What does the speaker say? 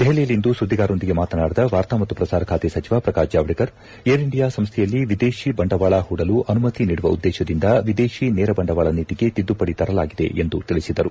ದೆಹಲಿಯಲ್ಲಿಂದು ಸುದ್ಲಿಗಾರರೊಂದಿಗೆ ಮಾತನಾಡಿದ ವಾರ್ತಾ ಮತ್ತು ಪ್ರಸಾರ ಖಾತೆ ಸಚಿವ ಪ್ರಕಾಶ್ ಜಾವಡೇಕರ್ ಏರ್ ಇಂಡಿಯಾ ಸಂಸ್ಲೆಯಲ್ಲಿ ವಿದೇಶಿ ಬಂಡವಾಳ ಹೂಡಲು ಅನುಮತಿ ನೀಡುವ ಉದ್ಲೇಶದಿಂದ ವಿದೇಶಿ ನೇರ ಬಂಡವಾಳ ನೀತಿಗೆ ತಿದ್ಲುಪಡಿ ತರಲಾಗಿದೆ ಎಂದು ತಿಳಿಸಿದರು